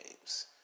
Games